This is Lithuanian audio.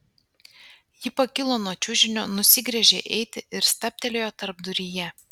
ji pakilo nuo čiužinio nusigręžė eiti ir stabtelėjo tarpduryje